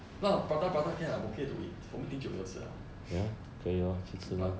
well prata prata can ah 我可以都 eat 我很久没有吃 liao but